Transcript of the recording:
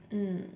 mm